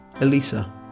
Elisa